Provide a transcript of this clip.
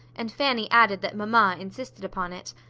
and fanny added that mamma insisted upon it.